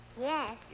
Yes